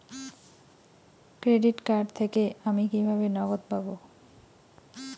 Credit card থেকে আমি কিভাবে নগদ পাব?